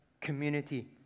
community